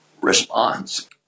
response